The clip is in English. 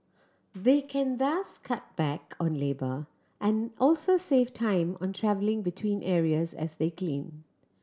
they can thus cut back on labour and also save time on travelling between areas as they clean